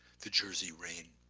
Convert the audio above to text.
the jersey rain,